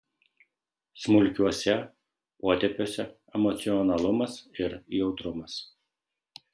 smulkiuose potėpiuose emocionalumas ir jautrumas